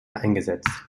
eingesetzt